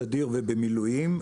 בסדיר ובמילואים.